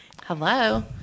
Hello